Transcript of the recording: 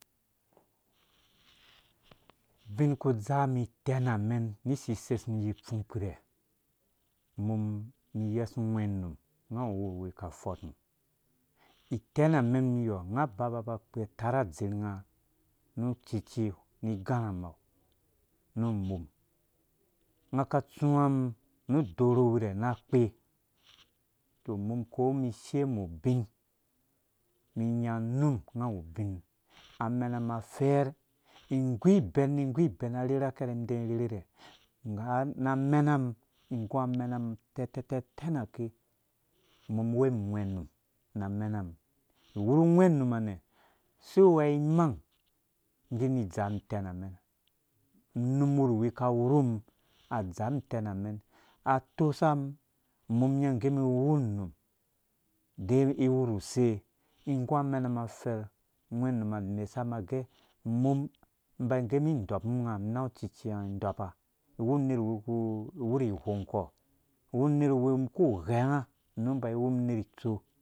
Ubinuku udzaa umum itɛna umɛm ni. isisersu iyi. upfung kpirɛ umum iyesu ungwɛ num unga awu uwuku ufɔrh umum. it en am enmum niyɔ unfa aba-ba akpe atare adzihnga nu ucuci ni igãrã-mau nu umum. unga aka atsúwa umum nu. n. udoro uwure na akpe tɔ umum ko umum ishim nu ubin umum inyin unum ugnga awu ubin mum amena ma afɛɛr igu ibɛn ni igu ibɛn na arherhe akɛrɛ umum iki indɛɛ irherhe rɛ ngga na amena mum igu amena mum tɛtɛ tɛtɛ nakevumum uwem nu ungwe mum na amena mum iwuru ungwɛ num ha nɛ̃ si wea imang ngge ni idzaa umum itɛm amen knum uwurwi aka awuru umum adzaa umum inya ugɛ umum iwu uwu unum de umum iwuru use igũ amen ma adɛɛr ungwe umum iba ige umum idɔ bu unga inangu ucici anga idɔba uner. uwuku uwuri igha ɔngkɔ iwu unerwi umum iwu kughɛnga niba iwum uner itso